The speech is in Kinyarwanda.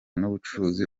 n’ubucuruzi